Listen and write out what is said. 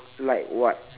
like what